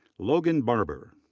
logan barber.